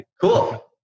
Cool